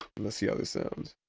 let's see how this sounds.